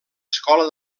escola